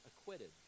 acquitted